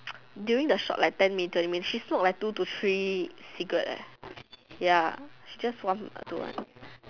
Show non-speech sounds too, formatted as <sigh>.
<noise> during the short like ten minute twenty minutes she smoke like two to three cigarettes ya she just like one to two